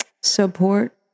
support